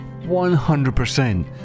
100%